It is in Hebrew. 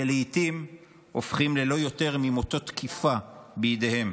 שלעיתים הופכים ללא יותר ממוטות תקיפה בידיהם.